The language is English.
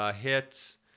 hits